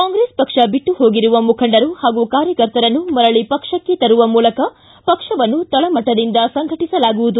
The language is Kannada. ಕಾಂಗ್ರೆಸ್ ಪಕ್ಷ ಬಿಟ್ಟು ಹೋಗಿರುವ ಮುಖಂಡರು ಹಾಗೂ ಕಾರ್ಯಕರ್ತರನ್ನು ಮರಳಿ ಪಕ್ಷಕ್ಕೆ ತರುವ ಮೂಲಕ ಪಕ್ಷವನ್ನು ತಳಮಟ್ಟದಿಂದ ಸಂಘಟಿಸಲಾಗುವುದು